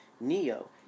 Neo